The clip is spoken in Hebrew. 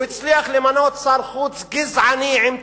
הוא הצליח למנות שר חוץ גזעני עם תעודה,